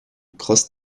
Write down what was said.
cross